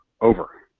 over